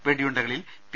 വെടിയുണ്ടകളിൽ P